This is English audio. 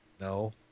No